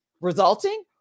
resulting